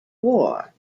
war